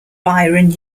byron